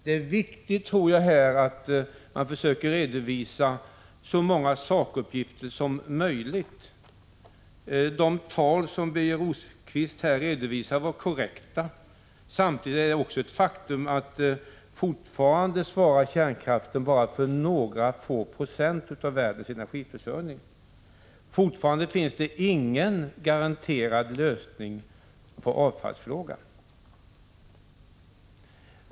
Jag tror att det är viktigt att man försöker redovisa så många sakuppgifter som möjligt. De tal som Birger Rosqvist här redovisar är korrekta. Samtidigt är det ett faktum att kärnkraften fortfarande bara svarar för några få procent av världens energiförsörjning. Ännu finns det ingen garanterad lösning på avfallsfrågan.